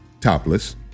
topless